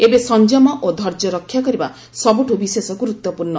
ଏବେ ସଂଯମ ଓ ଧୈର୍ଯ୍ୟ ରକ୍ଷା କରିବା ସବୁଠୁ ବିଶେଷ ଗୁରୁତ୍ୱପୂର୍ଣ୍ଣ